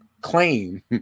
claim